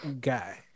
guy